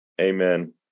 Amen